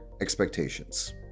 expectations